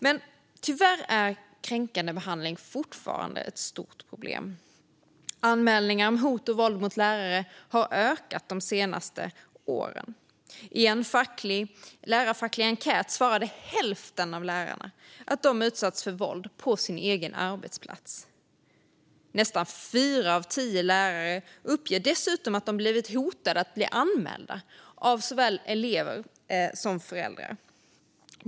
Men tyvärr är kränkande behandling fortfarande ett stort problem. Anmälningar om hot och våld mot lärare har ökat de senaste åren. I en lärarfacklig enkät svarade hälften av lärarna att de utsatts för våld på sin egen arbetsplats. Nästan fyra av tio lärare uppger dessutom att de blivit hotade att bli anmälda av såväl elever som föräldrar.